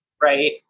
right